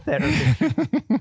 therapy